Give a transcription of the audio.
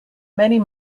many